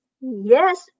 Yes